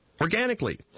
organically